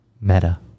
Meta